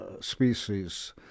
species